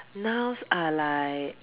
nouns are like